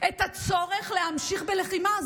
את הצורך להמשיך בלחימה.